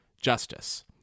justice